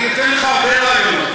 אני אתן לך הרבה רעיונות.